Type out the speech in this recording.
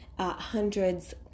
Hundreds